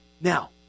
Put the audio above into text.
Now